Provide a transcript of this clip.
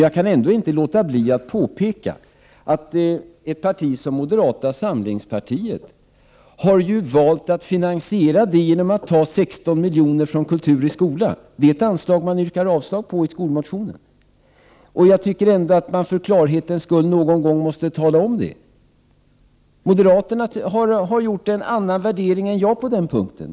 Jag kan ändå inte låta bli att påpeka att ett parti som moderata samlingspartiet faktiskt har valt att finansiera de anslagen genom att ta 16 milj.kr. från kulturen i skolan. Det är nämligen det anslaget de yrkar avslag på i sin skolmotion. För klarhetens skull måste man ändå någon gång tala om detta. Moderaterna har gjort en annan värdering än jag på den punkten.